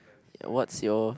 what's your